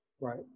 Right